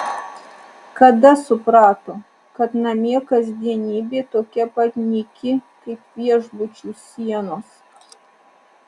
kada suprato kad namie kasdienybė tokia pat nyki kaip viešbučių sienos